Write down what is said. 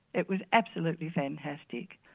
it was absolutely fantastic.